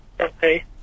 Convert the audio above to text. Okay